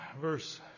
verse